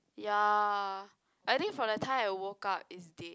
ya I think from the time I woke up it's dead